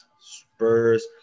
Spurs